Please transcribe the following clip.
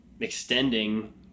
extending